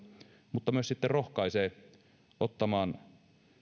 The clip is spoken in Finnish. mutta myös sitten rohkaisee ottamaan